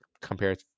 compared